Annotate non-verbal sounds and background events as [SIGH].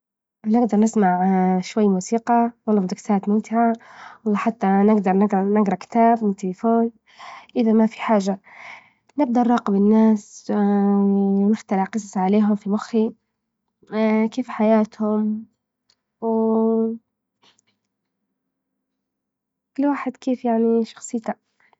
أجدر نسمع [HESITATION] شوي موسيقى والله حتى نقدرنجرا- نجرا كتاب من التليفون إذا ما في حاجة، نبدأ نراقب الناس [HESITATION] نخترع قصص عليها في مخي ا [HESITATION] كيف حياتهم [HESITATION] كل واحد كيف يعني شخصيتة.